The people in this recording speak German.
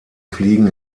fliegen